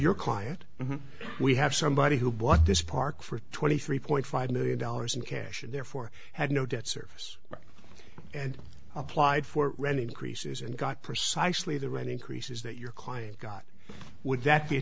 your client we have somebody who bought this park for twenty three point five million dollars in cash and therefore had no debt service and i applied for rent increases and got pursue i actually the right increases that your client got would that be